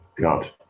God